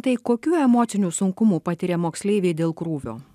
tai kokių emocinių sunkumų patiria moksleiviai dėl krūvio